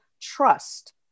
trust